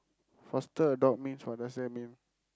foster adopt means what does that mean